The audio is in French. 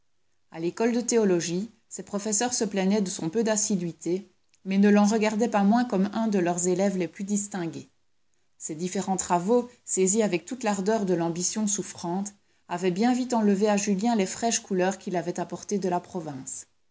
a l'école de théologie ses professeurs se plaignaient de son peu d'assiduité mais ne l'en regardaient pas moins comme un de leurs élèves les plus distingués ces différents travaux saisis avec toute l'ardeur de l'ambition souffrante avaient bien vite enlevé à julien les fraîches couleurs qu'il avait apportées de la province